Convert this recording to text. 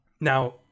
now